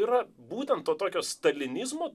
yra būtent to tokio stalinizmo